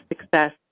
success